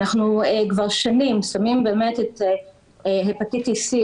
אנחנו כבר שנים שמים את הפטיטיס סי,